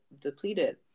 depleted